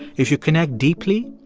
if you connect deeply,